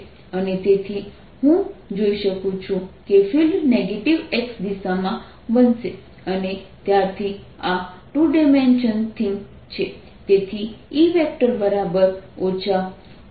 sPcosϕE P20 x અને તેથી હું જોઈ શકું છું કે ફિલ્ડ નેગેટિવ x દિશામાં બનશે અને ત્યારથી આ ટુ ડિમેન્શનલ થિંગ છે